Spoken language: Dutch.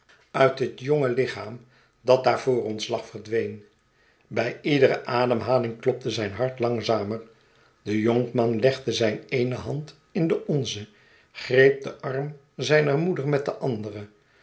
uit het jonge lichaam dat daar voor ons lag verdween bij iedere ademhaling klopte zijn hart langzamer de jonkman legde zijn eene hand in de onze greep den arm zijner moeder met de andere